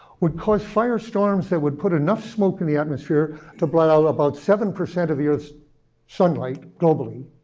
would cause firestorms that would put enough smoke in the atmosphere to blot out about seven percent of the earth's sunlight globally,